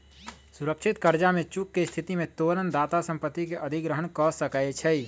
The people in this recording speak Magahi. सुरक्षित करजा में चूक के स्थिति में तोरण दाता संपत्ति के अधिग्रहण कऽ सकै छइ